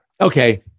Okay